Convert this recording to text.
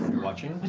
you're watching. but